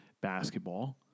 basketball